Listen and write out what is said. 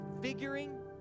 figuring